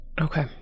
Okay